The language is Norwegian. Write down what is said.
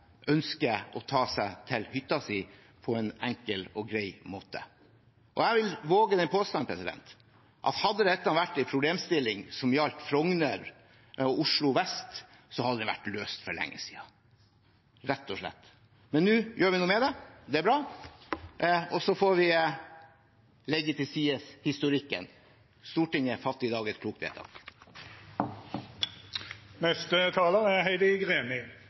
ønsker å ta seg til hytta si på en enkel og grei måte. Jeg vil våge den påstand at hadde dette vært en problemstilling som gjaldt Frogner og Oslo vest, hadde dette vært løst for lenge siden, rett og slett. Men nå gjør vi noe med det. Det er bra, og så får vi legge til side historikken. Stortinget fatter i dag et klokt vedtak. Representanten Heidi Greni